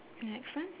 the next one